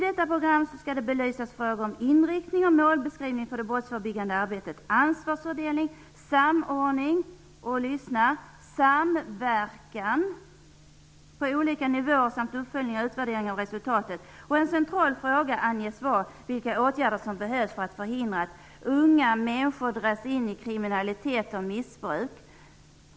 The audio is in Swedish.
Detta program skall belysa frågor om inriktning och målbeskrivning för det brottsförebyggande arbetet, ansvarsfördelning, samordning och -- lyssna noga nu -- samverkan på olika nivåer samt uppföljning och utvärdering av resultatet. En central fråga anges vara vilka åtgärder som behövs för att förhindra att unga människor dras in i kriminalitet och missbruk.